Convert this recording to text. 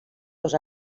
dos